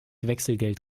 wechselgeld